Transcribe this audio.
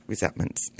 Resentments